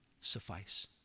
suffice